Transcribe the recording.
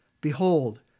Behold